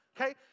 okay